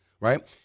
right